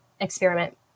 experiment